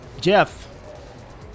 Jeff